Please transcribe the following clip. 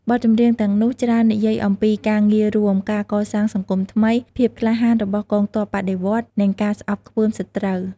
បទចម្រៀងទាំងនោះច្រើននិយាយអំពីការងាររួម ការកសាងសង្គមថ្មី ភាពក្លាហានរបស់កងទ័ពបដិវត្តន៍ និងការស្អប់ខ្ពើមសត្រូវ។